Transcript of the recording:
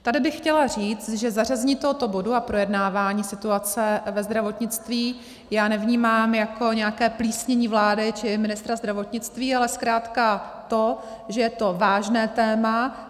Tady bych chtěla říct, že zařazení tohoto bodu a projednávání situace ve zdravotnictví já nevnímám jako nějaké plísnění vlády či ministra zdravotnictví, ale zkrátka jako to, že je to vážné téma.